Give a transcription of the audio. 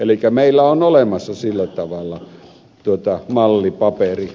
elikkä meillä on olemassa sillä tavalla mallipaperi